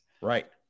Right